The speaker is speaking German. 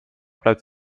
bleibt